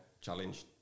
challenge